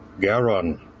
Garon